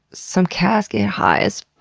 some cats get high as